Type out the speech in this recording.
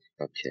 Okay